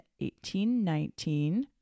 1819